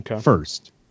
first